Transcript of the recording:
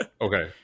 okay